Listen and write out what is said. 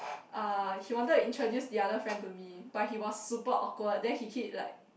uh he wanted to introduce the other friend to me but he was super awkward then he keep like